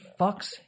fucks